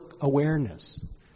awareness